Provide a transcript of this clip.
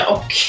Och